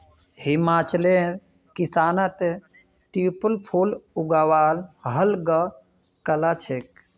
हिमाचलेर किसानत ट्यूलिप फूल उगव्वार अल ग कला छेक